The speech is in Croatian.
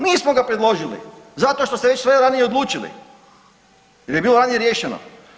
Nismo ga predložili zato što ste već sve ranije odlučili jer je bilo ranije riješeno.